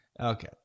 Okay